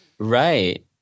right